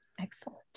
Excellent